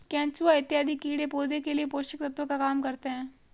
केचुआ इत्यादि कीड़े पौधे के लिए पोषक तत्व का काम करते हैं